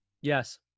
yes